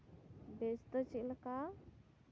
ᱵᱮᱥ ᱫᱚ ᱪᱮᱫ ᱞᱮᱠᱟ